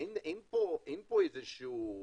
אנדרו,